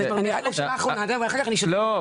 אז אגב אחר כך --- לא,